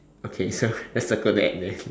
okay so let's circle that then